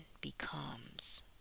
becomes